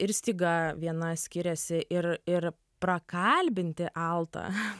ir styga viena skiriasi ir ir prakalbinti altą